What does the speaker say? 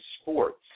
sports